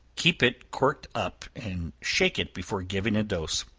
keep it corked up and shake it before giving a dose.